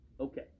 Okay